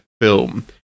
film